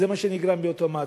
זה מה שנגרם מאותו מעצר.